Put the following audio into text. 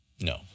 no